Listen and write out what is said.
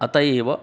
अतः एव